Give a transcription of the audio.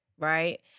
Right